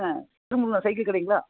ஆ Thirumurugan cycle கடைங்களா